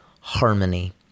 harmony